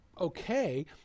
okay